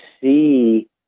see